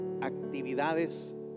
actividades